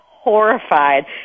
horrified